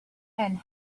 and